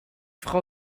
frau